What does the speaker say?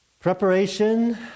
Preparation